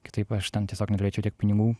kitaip aš tam tiesiog norėčiau tiek pinigų